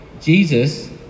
Jesus